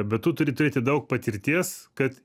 bet tu turi turėti daug patirties kad